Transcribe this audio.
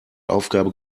aufgabe